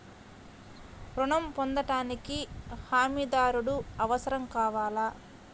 ఋణం పొందటానికి హమీదారుడు అవసరం కావాలా?